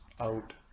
out